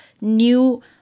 new